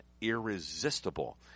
Irresistible